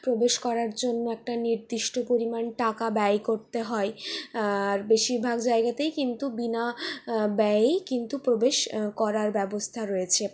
প্রবেশ করার জন্য একটা নির্দিষ্ট পরিমাণ টাকা ব্যয় করতে হয় আর বেশিরভাগ জায়গাতেই কিন্তু বিনা ব্যয়েই কিন্তু প্রবেশ করার ব্যবস্থা রয়েছে